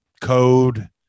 code